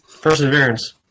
Perseverance